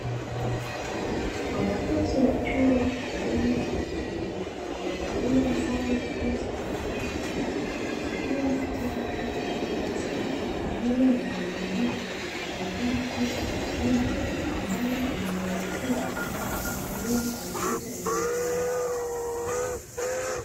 Wanafunzi wa chuo cha elimu kwa vitendo, waliovalia sare ya koti ya rangi ya kijani, wakiwa katika chumba cha darasa pamoja na mwalimu wao, aliyevaa koti la kijani ambaye anawaelekeza kwa kutumia kompyuta ya mezani.